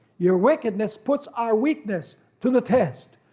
your wickedness puts our weakness to the test,